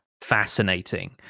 fascinating